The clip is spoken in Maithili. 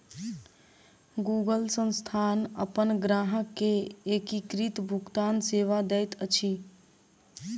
गूगल संस्थान अपन ग्राहक के एकीकृत भुगतान सेवा दैत अछि